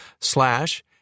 slash